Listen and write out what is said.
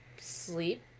sleep